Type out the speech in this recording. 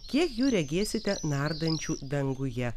kiek jų regėsite nardančių danguje